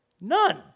None